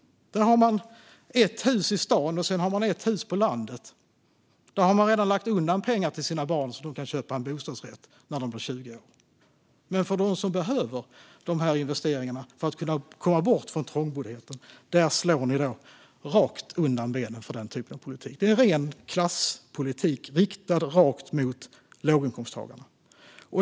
Där har man ett hus i stan och ett på landet. Där har man redan lagt undan pengar till sina barn så de kan köpa en bostadsrätt när de är 20 år. Men för dem som behöver dessa investeringar för att komma bort från trångboddheten slår ni undan benen med den typen av politik. Det är ren klasspolitik, riktad rakt mot låginkomsttagarna.